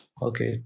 Okay